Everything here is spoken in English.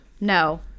No